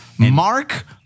Mark